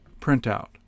printout